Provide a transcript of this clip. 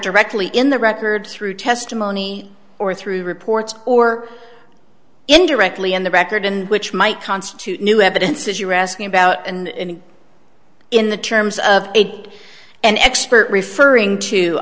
directly in the record through testimony or through reports or indirectly in the record in which might constitute new evidence as you're asking about and in the terms of eight an expert referring to